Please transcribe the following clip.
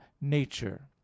nature